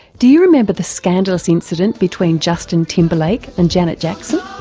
do you remember the scandalous incident between justin timberlake and janet jackson?